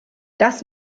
das